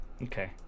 Okay